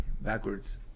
backwards